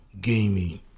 gaming